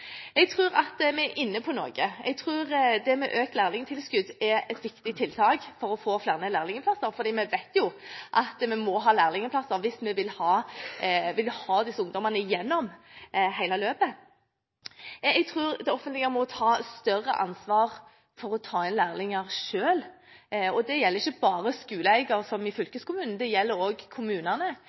Jeg tror at vi er inne på noe. Jeg tror at økt lærlingtilskudd er et viktig tiltak for å få flere lærlingplasser, for vi vet at vi må ha lærlingplasser hvis vi vil ha disse ungdommene igjennom hele løpet. Jeg tror det offentlige selv må ta et større ansvar for å ta inn lærlinger. Det gjelder ikke bare skoleeier, som er fylkeskommunen, det gjelder også kommunene.